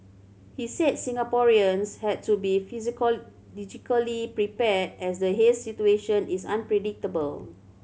he said Singaporeans had to be prepared as the haze situation is unpredictable